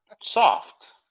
soft